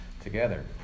together